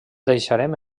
deixarem